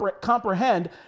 comprehend